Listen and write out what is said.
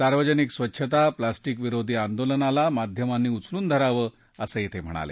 सार्वजनिक स्वच्छता प्लास्टिक विरोधी आंदोलनाला माध्यमांनी उचलून धरावं असं ते म्हणाले